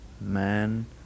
man